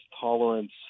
tolerance